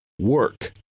Work